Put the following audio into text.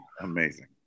Amazing